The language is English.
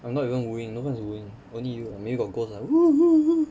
I'm not even moving no one's moving only you or maybe got ghost lah !woo! !woo! !woo!